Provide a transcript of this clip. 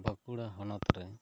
ᱵᱟᱸᱠᱩᱲᱟ ᱦᱚᱱᱚᱛ ᱨᱮ